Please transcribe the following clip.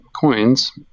coins